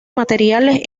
materiales